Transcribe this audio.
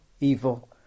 evil